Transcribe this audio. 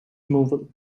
removal